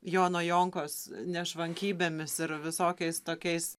jono jonkos nešvankybėmis ir visokiais tokiais